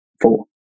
four